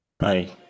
Hi